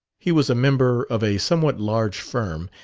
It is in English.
he was a member of a somewhat large firm,